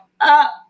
up